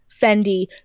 Fendi